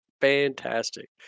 Fantastic